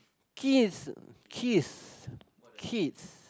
kith kith kith